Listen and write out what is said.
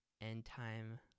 end-time